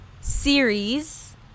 series